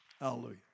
Hallelujah